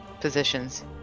positions